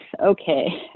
okay